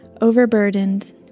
overburdened